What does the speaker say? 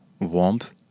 warmth